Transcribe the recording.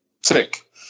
sick